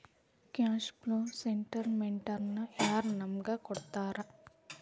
Cash flow ಸ್ಟೆಟಮೆನ್ಟನ ಯಾರ್ ನಮಗ್ ಕೊಡ್ತಾರ?